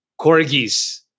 corgis